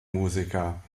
musiker